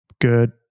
good